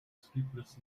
sleepless